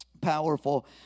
powerful